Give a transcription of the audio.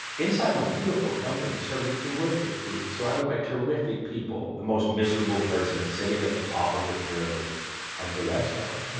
inside of a beautiful company serving terrific food surrounded by terrific people, the most miserable person sitting at the top of the pyramid of the restaurant